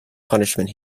punishment